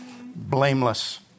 Blameless